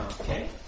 okay